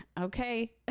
okay